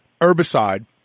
herbicide